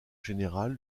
générale